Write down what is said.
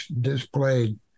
displayed